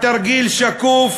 התרגיל שקוף,